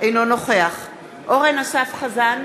אינו נוכח אורן אסף חזן,